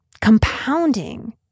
compounding